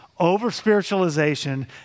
over-spiritualization